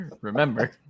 Remember